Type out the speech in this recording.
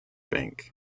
bank